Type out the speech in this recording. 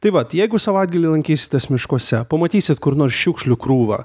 taip vat jeigu savaitgalį lankysitės miškuose pamatysit kur nors šiukšlių krūvą